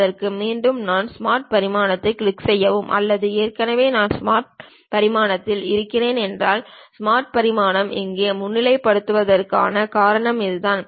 அதற்கு மீண்டும் நான் ஸ்மார்ட் பரிமாணத்தைக் கிளிக் செய்யலாம் அல்லது ஏற்கனவே நான் ஸ்மார்ட் பரிமாணத்தில் இருக்கிறேன் ஸ்மார்ட் பரிமாணம் இங்கே முன்னிலைப்படுத்தப்படுவதற்கான காரணம் இதுதான்